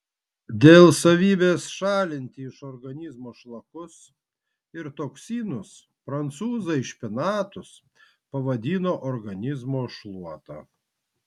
dėl savybės šalinti iš organizmo šlakus ir toksinus prancūzai špinatus pavadino organizmo šluota